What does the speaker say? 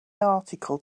article